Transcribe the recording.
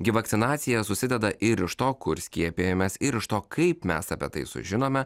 gi vakcinacija susideda ir iš to kur skiepijamės ir iš to kaip mes apie tai sužinome